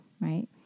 right